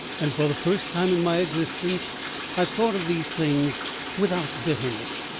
and for the first time in my existence i thought of these things without bitterness.